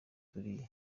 turi